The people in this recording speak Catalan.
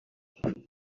s’han